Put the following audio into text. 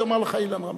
הוא יאמר לך: אילן רמון.